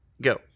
go